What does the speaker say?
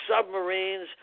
submarines